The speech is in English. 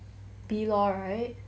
B-law right